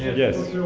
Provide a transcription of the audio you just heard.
yes.